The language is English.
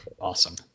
Awesome